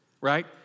right